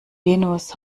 venus